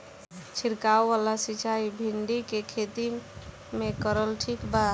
छीरकाव वाला सिचाई भिंडी के खेती मे करल ठीक बा?